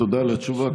תודה על התשובה.